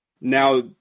Now